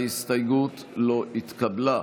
ההסתייגות לא התקבלה.